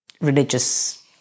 religious